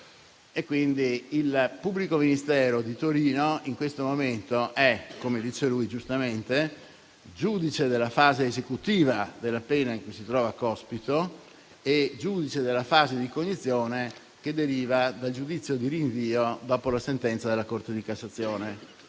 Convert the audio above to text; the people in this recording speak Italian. Quindi, il pubblico ministero di Torino, in questo momento, è, come dice lui giustamente, giudice della fase esecutiva della pena in cui si trova Cospito e giudice della fase di cognizione derivante dal giudizio di rinvio dopo la sentenza della Corte di cassazione.